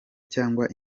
cyangwa